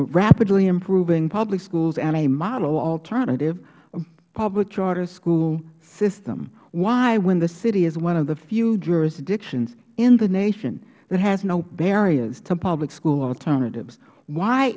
rapidly improving public schools and a model alternative public charter school system why when the city is one of the few jurisdictions in the nation that has no barriers to public school alternatives why